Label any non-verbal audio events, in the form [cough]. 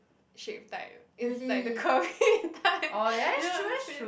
shape type is like the curvy type [laughs] you know say